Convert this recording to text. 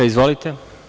Izvolite.